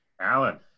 Alan